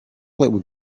would